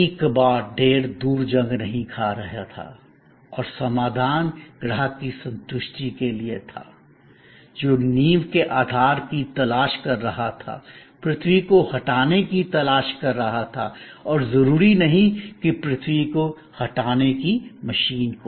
ई कबाड़ ढेर दूर जंग नहीं खा रहा था और समाधान ग्राहक की संतुष्टि के लिए था जो नींव के आधार की तलाश कर रहा था पृथ्वी को हटाने की तलाश कर रहा था और जरूरी नहीं कि पृथ्वी को हटाने की मशीन को